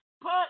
put